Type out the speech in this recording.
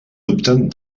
dubten